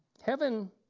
Heaven